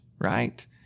right